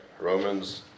Romans